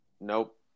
Nope